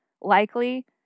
likely